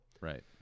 Right